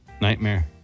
nightmare